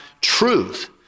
truth